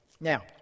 now